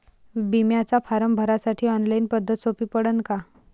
बिम्याचा फारम भरासाठी ऑनलाईन पद्धत सोपी पडन का?